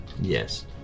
Yes